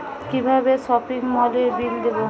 কিভাবে সপিং মলের বিল দেবো?